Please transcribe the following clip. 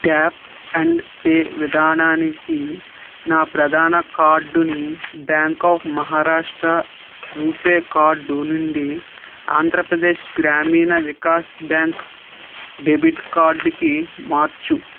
tap and pay విధానానికి నా ప్రధాన కార్డు ని bank of Maharashtra RuPay card నుండి ఆంధ్రప్రదేశ్ గ్రామీణ వికాస్ బ్యాంక్ డెబిట్ కార్డు కి మార్చు